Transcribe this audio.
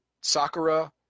Sakura